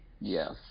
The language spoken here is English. Yes